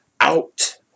out